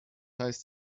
heißt